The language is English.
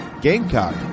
Gamecock